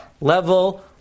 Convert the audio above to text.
level